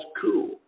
cool